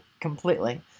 completely